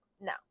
no